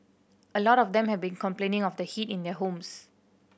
a lot of them have been complaining of the heat in their homes